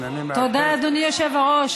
תודה, אדוני היושב-ראש.